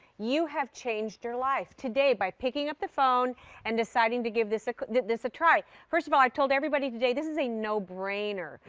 you have changed your life. today, by picking up the phone and deciding to give this ah this a try. first of all, i told everybody today, this is a no-brainer.